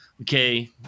okay